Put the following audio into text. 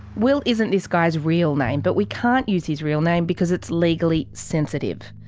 will isn't this guy's real name, but we can't use his real name because it's legally sensitive.